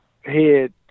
head